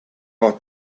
auch